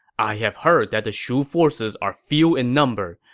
i have heard that the shu forces are few in number.